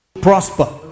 prosper